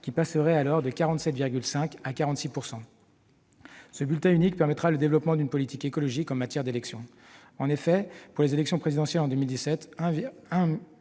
qui passerait de 47,5 % à 46 %. Ce bulletin unique permettra le développement d'une politique écologique en matière d'élection. Pour l'élection présidentielle en 2017,